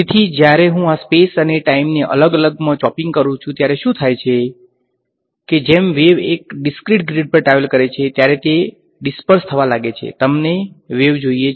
તેથી જ્યારે હું આ સ્પેસ અને ટાઈમને અલગ અલગ માં ચોપીંગ કરુ છું ત્યારે શુ થાય છે કેજેમ વેવ એક ડીસ્ક્રીટ ગ્રિડ પર ટ્રાવેલ કરે છે ત્યારે તે વિખેરાવા લાગે છે તમને વેવ જોઈએ છે